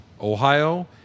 Ohio